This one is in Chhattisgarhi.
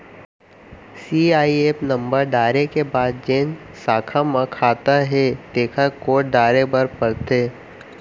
सीआईएफ नंबर डारे के बाद जेन साखा म खाता हे तेकर कोड डारे बर परथे